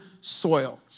soil